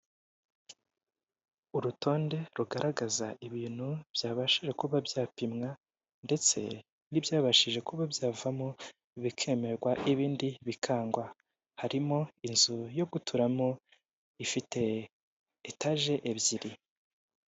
Urutonde rugaragaza ibintu byabashije kuba byapimwa ndetse n'ibyabashije kuba byavamo bikemerwa ibindi bikangwa, harimo inzu yo guturamo ifite etaje ebyiri.